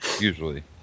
usually